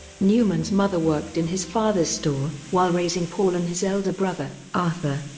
newman's mother worked in his father's store, while raising paul and his elder brother, arthur,